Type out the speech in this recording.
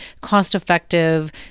cost-effective